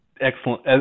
Excellent